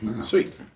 Sweet